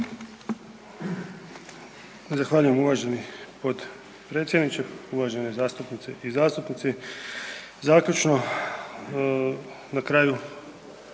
Zahvaljujem. Uvaženi potpredsjedniče, uvažene zastupnice i zastupnici. Završno bi se